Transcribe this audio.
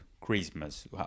Christmas